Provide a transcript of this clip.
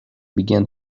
began